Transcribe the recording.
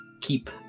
keep